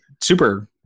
super